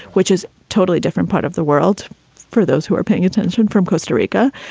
which is totally different part of the world for those who are paying attention from costa rica.